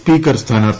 speaker സ്ഥാനാർത്ഥി